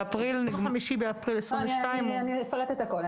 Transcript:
באפריל 2022. צהריים טובים, אני אפרט את הכל.